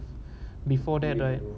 before that right